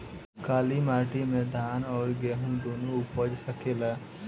काली माटी मे धान और गेंहू दुनो उपज सकेला?